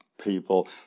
people